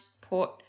port